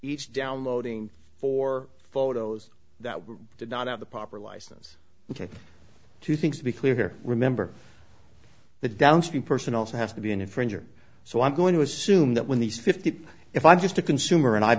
each downloading for photos that we did not have the proper license to take two things to be clear here remember the downstream person also has to be an infringer so i'm going to assume that when these fifty if i'm just a consumer and i